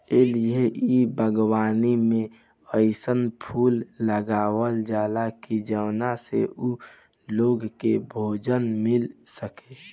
ए लिए इ बागवानी में अइसन फूल लगावल जाला की जवना से उ लोग के भोजन मिल सके